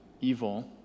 evil